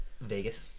Vegas